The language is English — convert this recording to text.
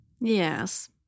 Yes